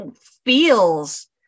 feels